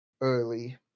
early